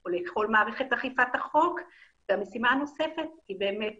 או לכל מערכת אכיפת החוק והמשימה הנוספת היא באמת